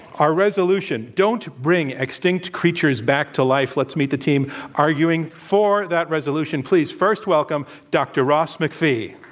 our resolution, don't bring extinct creatures back to life, let's meet the team arguing for that resolution. please first welcome dr. ross macphee.